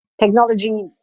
technology